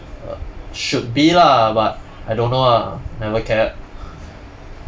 err should be lah but I don't ah never care